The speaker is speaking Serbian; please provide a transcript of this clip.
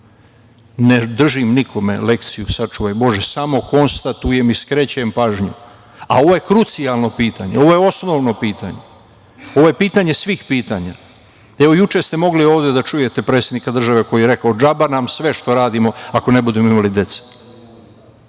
držim nikome lekciju, sačuvaj Bože, samo konstatujem i skrećem pažnju, a ovo je krucijalno pitanje. Ovo je osnovno pitanje. Ovo je pitanje svih pitanja. Evo, juče ste mogli ovde da čujete predsednika države koji je rekao - džaba nam sve što radimo ako ne budemo imali dece.